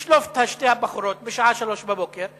לשלוף את שתי הבחורות בשעה 03:00 מהדירה,